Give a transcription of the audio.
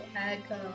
echo